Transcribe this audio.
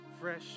fresh